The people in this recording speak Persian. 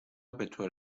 بطور